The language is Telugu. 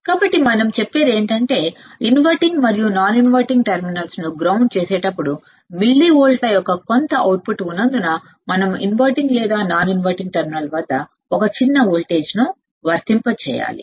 కాబట్టి మనం చెప్పేది ఏమిటంటే ఇన్వర్టింగ్ మరియు నాన్ ఇన్వర్టింగ్ టెర్మినల్ ను గ్రౌండ్ చేసినప్పుడు కొంత అవుట్పుట్ మిల్లివోల్ట్ల లో ఉన్నందున మనం ఇన్వర్టింగ్ లేదా నాన్ ఇన్వర్టింగ్ టెర్మినల్ వద్ద ఒక చిన్న వోల్టేజ్ను వర్తింపజేయాలి